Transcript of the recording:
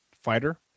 fighter